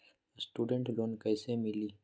Student loan कैसे मिली?